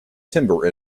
timber